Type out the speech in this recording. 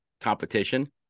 competition